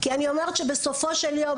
כי בסופו של דבר,